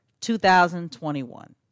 2021